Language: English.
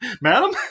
Madam